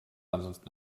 ansonsten